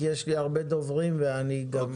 כי יש לי הרבה דוברים ואני עוד חורג מהזמן.